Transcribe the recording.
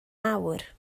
awr